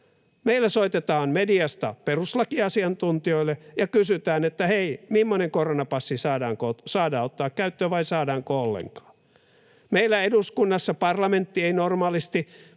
Meillä soitetaan mediasta perustuslakiasiantuntijoille ja kysytään, että hei, mimmoinen koronapassi saadaan ottaa käyttöön vai saadaanko ollenkaan. Meillä eduskunnassa parlamentti ei normaalisti